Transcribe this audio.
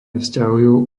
vzťahujú